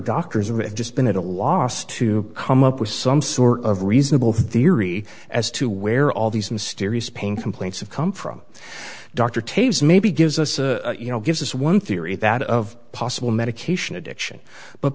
it just been at a loss to come up with some sort of reasonable theory as to where all these mysterious pain complaints have come from dr tapes maybe gives us a you know gives us one theory that of possible medication addiction but